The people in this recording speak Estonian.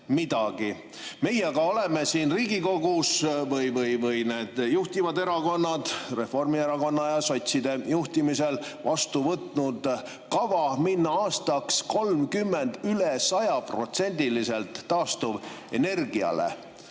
Meie aga oleme siin Riigikogus või need juhtivad erakonnad Reformierakonna ja sotside juhtimisel on vastu võtnud kava minna aastaks 2030 üle 100%-liselt taastuvenergiale.